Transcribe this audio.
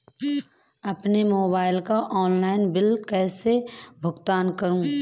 अपने मोबाइल का online bill कैसे भुगतान करूं?